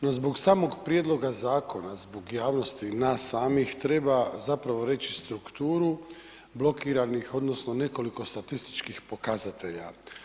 No zbog samog prijedloga zakona, zbog javnosti nas samih treba zapravo reći strukturu blokiranih odnosno nekoliko statističkih pokazatelja.